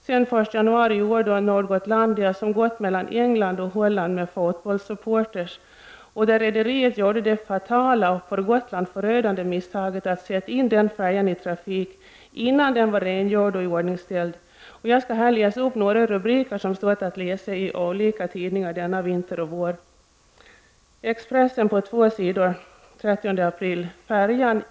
Sedan den 1 januari finns Nord Gotlandia som gått mellan England och Holland med fotbollssupporters: Rederiet gjorde det fatala och för Gotland förödande misstaget att sätta in färjan i trafik innan den var rengjord och iordningställd. Jag skall här läsa upp några rubriker som stått att läsa i olika tidningar dennå vinter och vår.